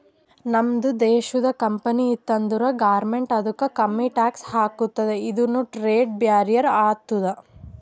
ನಮ್ದು ದೇಶದು ಕಂಪನಿ ಇತ್ತು ಅಂದುರ್ ಗೌರ್ಮೆಂಟ್ ಅದುಕ್ಕ ಕಮ್ಮಿ ಟ್ಯಾಕ್ಸ್ ಹಾಕ್ತುದ ಇದುನು ಟ್ರೇಡ್ ಬ್ಯಾರಿಯರ್ ಆತ್ತುದ